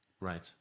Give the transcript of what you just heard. Right